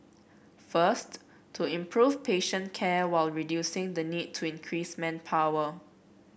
first to improve patient care while reducing the need to increase manpower